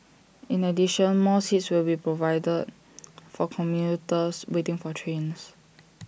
in addition more seats will be provided for commuters waiting for trains